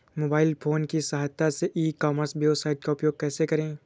Mobile phone की सहायता से ई कॉमर्स वेबसाइट का उपयोग कैसे करें?